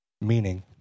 Meaning